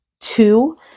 two